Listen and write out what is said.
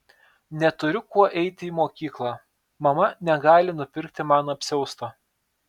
neturiu kuo eiti į mokyklą mama negali nupirkti man apsiausto